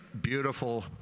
beautiful